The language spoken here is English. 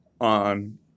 on